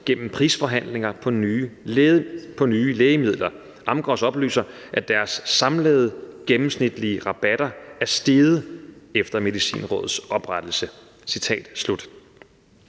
gennem prisforhandlinger på nye lægemidler.« Endvidere lyder det, at »Amgros oplyser, at deres samlede gennemsnitlige rabatter er steget efter Medicinrådets oprettelse.«